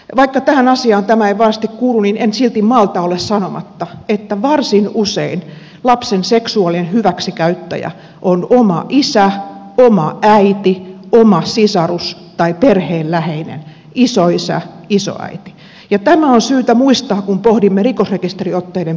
vaikka tähän asiaan tämä ei varsinaisesti kuulu en silti malta olla sanomatta että varsin usein lapsen seksuaalinen hyväksikäyttäjä on oma isä oma äiti oma sisarus tai perheen läheinen isoisä isoäiti ja tämä on syytä muistaa kun pohdimme rikosrekisteriotteiden pyytämistä